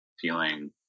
feeling